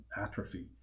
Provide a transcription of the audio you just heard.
atrophy